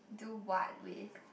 do what with